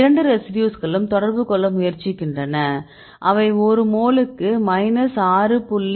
இரண்டு ரெசிடியூஸ்களும் தொடர்பு கொள்ள முயற்சிக்கின்றன அவை ஒரு மோலுக்கு மைனஸ் 6